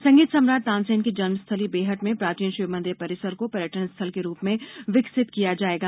संगीत सम्राट तानसेन की जन्मस्थली बेहट में प्राचीन शिवमंदिर परिसर को पर्यटनस्थल के रूप में विकसित किया जायेगा